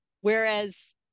Whereas